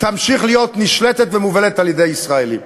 תמשיך להיות נשלטת ומובלת על-ידי ישראלים.